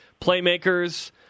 Playmakers